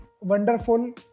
wonderful